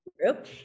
group